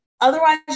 otherwise